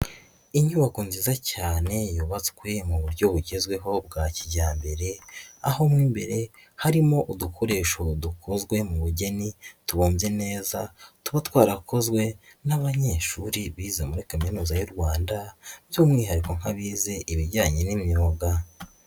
Inyubako nziza cyane yubatswe mu buryo bugezweho bwa kijyambere, aho mo ibere harimo udukoresho dukozwe mu bugeni tubumbye neza, tuba twarakozwe n'abanyeshuri bize muri kaminuza y'u Rwanda by'umwihariko nk'abize ibijyanye n'imyuga.